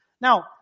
Now